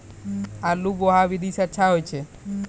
आलु बोहा विधि सै अच्छा होय छै?